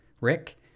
Rick